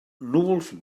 núvols